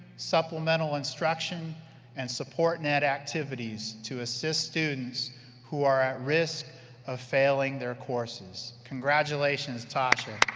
supplemental instruction and supportnet activities to assist students who are at risk of failing their courses. congratulations tosha.